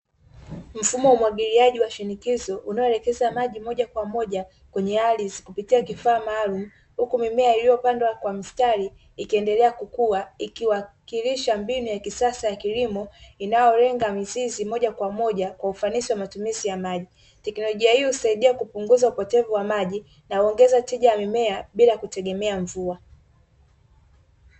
Mfumo wa umwagiliaji wa shinikizo unaoelekeza maji moja kwa moja kwenye ardhi kupitia kifaa maalumu, huku mimea iliyopandwa kwa mstari ikiendelea kukua ikiwakilisha mbinu ya kisasa ya kilimo inayolenga mizizi moja kwa moja kwa ufanisi wa matumizi ya maji. Teknolojia hii husaidia kupunguza upotevu wa maji na huongeza tija ya mimea bila kutegemea mvua.